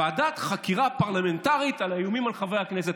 ועדת חקירה פרלמנטרית על האיומים על חברי הכנסת?